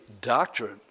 doctrine